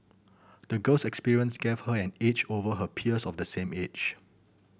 the girl's experience gave her an edge over her peers of the same age